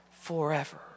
forever